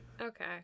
okay